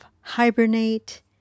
hibernate